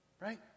right